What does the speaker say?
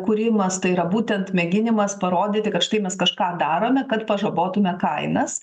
kūrimas tai yra būtent mėginimas parodyti kad štai mes kažką darome kad pažabotume kainas